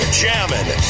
jamming